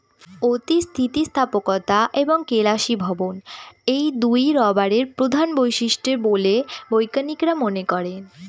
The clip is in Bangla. অতি স্থিতিস্থাপকতা এবং কেলাসীভবন এই দুইই রবারের প্রধান বৈশিষ্ট্য বলে বিজ্ঞানীরা মনে করেন